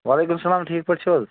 وعلیکُم السلام ٹھیٖک پٲٹھۍ چھُو حظ